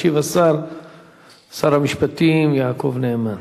ישיב השר שר המשפטים יעקב נאמן.